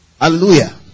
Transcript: Hallelujah